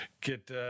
get